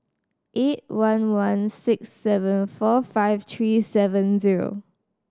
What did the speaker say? eight one one six seven four five three seven zero